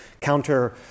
counter